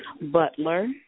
Butler